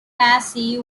macy